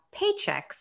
paychecks